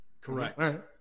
Correct